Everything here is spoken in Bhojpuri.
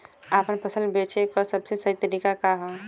आपन फसल बेचे क सबसे सही तरीका का ह?